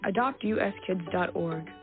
adoptuskids.org